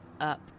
up